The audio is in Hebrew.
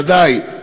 ודאי,